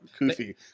Kofi